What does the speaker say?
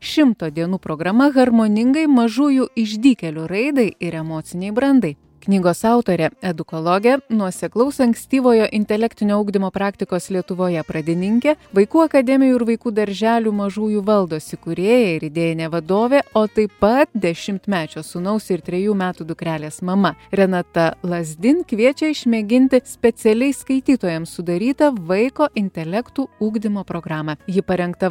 šimto dienų programa harmoningai mažųjų išdykėlių raidai ir emocinei brandai knygos autorė edukologė nuoseklaus ankstyvojo intelektinio ugdymo praktikos lietuvoje pradininkė vaikų akademijų ir vaikų darželių mažųjų valdos įkūrėja ir idėjinė vadovė o taip pat dešimtmečio sūnaus ir trejų metų dukrelės mama renata lazdin kviečia išmėginti specialiai skaitytojams sudarytą vaiko intelektų ugdymo programą ji parengta